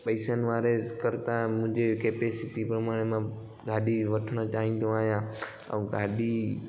पैसनि वारे कर्ता मुंहिंजी केपेसिटी प्रमाणे मां गाॾी वठंणु चाहींदो आहियां ऐं गाॾी